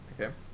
Okay